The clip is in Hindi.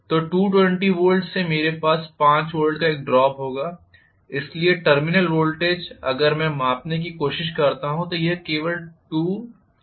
तो 220 Vसे मेरे पास 5 Vका एक ड्रॉप होगा इसलिए टर्मिनल वोल्टेज अगर मैं अब मापने की कोशिश करता हूं तो यह केवल 215 Vहोगा